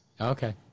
Okay